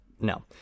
No